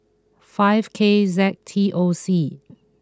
five K Z T O C